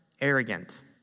Arrogant